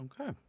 okay